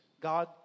God